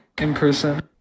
in-person